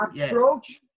approach